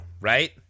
Right